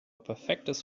perfektes